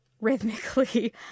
rhythmically